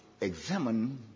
examine